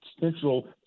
central